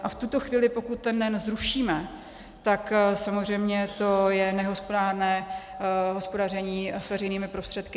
A v tuto chvíli, pokud ten NEN zrušíme, tak samozřejmě to je nehospodárné hospodaření s veřejnými prostředky.